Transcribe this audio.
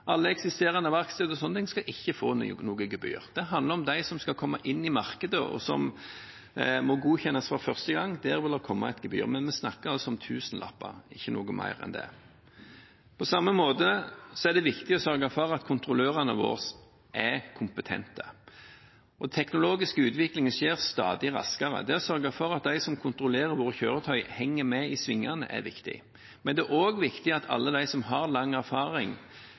verksteder. Ingen eksisterende verksteder skal få gebyr. Det handler om dem som skal komme inn i markedet, og som må godkjennes for første gang. Der vil det komme et gebyr. Men vi snakker altså om tusenlapper, ikke noe mer enn det. På samme måte er det viktig å sørge for at kontrollørene våre er kompetente. Den teknologiske utviklingen skjer stadig raskere, og det å sørge for at de som kontrollerer våre kjøretøy, henger med i svingene, er viktig. Men det er også viktig at alle de som har lang erfaring,